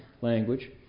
language